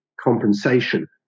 compensation